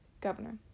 governor